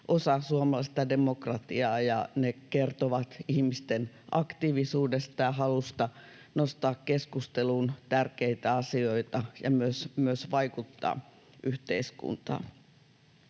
osa suomalaista demokratiaa, ja ne kertovat ihmisten aktiivisuudesta ja halusta nostaa keskusteluun tärkeitä asioita ja myös vaikuttaa yhteiskuntaan.